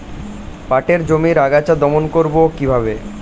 পাটের জমির আগাছা দমন করবো কিভাবে?